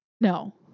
No